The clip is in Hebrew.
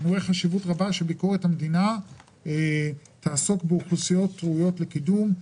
אני רואה חשיבות רבה שביקורת המדינה תעסוק באוכלוסיות ראויות לקידום.